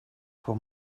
for